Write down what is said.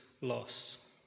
loss